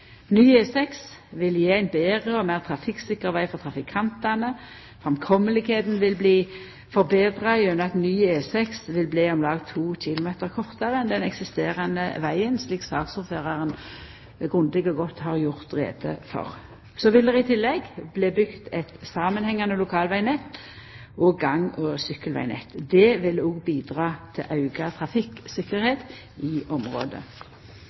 Ny E6 vil gje ein betre og meir trafikksikker veg for trafikantane, og framkomsten vil bli betra gjennom at ny E6 vil bli om lag 2 km kortare enn den eksisterande vegen, slik saksordføraren grundig og godt har gjort greie for. Så vil det i tillegg bli bygd eit samanhengande lokalvegnett og gang- og sykkelvegnett. Det vil òg bidra til auka trafikktryggleik i området.